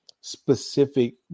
specific